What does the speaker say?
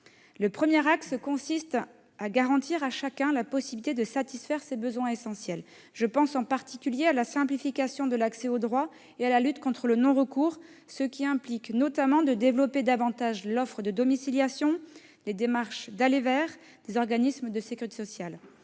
Le premier axe consiste à garantir à chacun la possibilité de répondre à ses besoins essentiels. Je pense en particulier à la simplification de l'accès au droit et à la lutte contre le non-recours, ce qui implique notamment de développer davantage l'offre de domiciliation, les démarches d'« aller vers » des organismes de sécurité sociale.